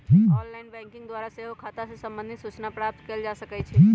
online banking द्वारा सेहो खते से संबंधित सूचना प्राप्त कएल जा सकइ छै